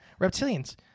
Reptilians